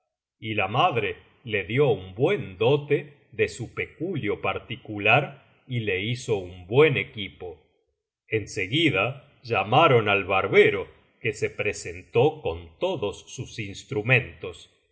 y la madre le dio un buen dote de su peculio particular y le hizo un buen equipo en seguida biblioteca valenciana generalitat valenciana las mil noches y una noche llamaron al barbero que se presentó con todos sus instrumentos